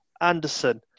Anderson